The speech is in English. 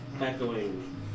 echoing